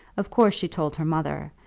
of course she told her mother,